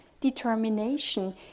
determination